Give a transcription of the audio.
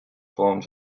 formed